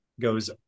goes